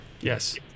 Yes